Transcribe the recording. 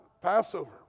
Passover